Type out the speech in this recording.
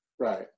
Right